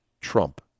Trump